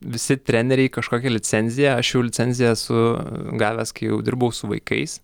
visi treneriai kažkokią licenciją aš jau licenciją esu gavęs kai jau dirbau su vaikais